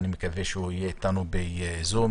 ואני מקווה שיהיה איתנו בזום,